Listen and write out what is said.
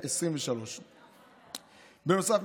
2023. בנוסף,